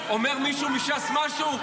אומר מישהו מש"ס משהו,